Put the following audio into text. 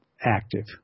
active